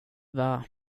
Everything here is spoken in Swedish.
var